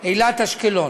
אילת אשקלון.